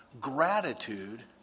Gratitude